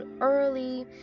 early